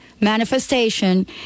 manifestation